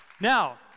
Now